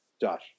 Josh